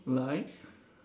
来